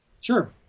Sure